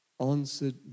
answered